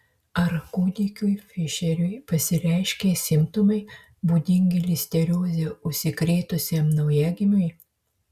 ar kūdikiui fišeriui pasireiškė simptomai būdingi listerioze užsikrėtusiam naujagimiui